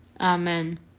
Amen